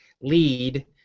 lead